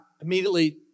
immediately